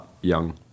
young